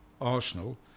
Arsenal